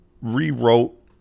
rewrote